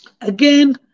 Again